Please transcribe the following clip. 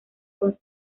con